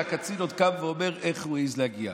והקצין עוד קם ואומר: איך הוא העז להגיע.